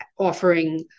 offering